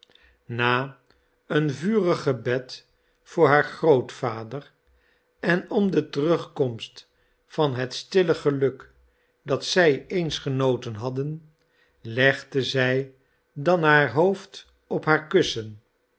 na een vurig gebed voor haar grootvader en om de terugkomst van het stille geluk dat zij eens genoten hadden legde zij dan haar hoofd op haar kussen